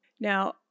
Now